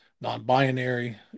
non-binary